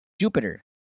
Jupiter